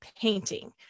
painting